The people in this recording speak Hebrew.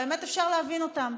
והאמת, אפשר להבין אותם,